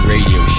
Radio